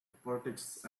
politics